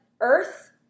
Earth